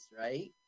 right